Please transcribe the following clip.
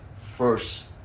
first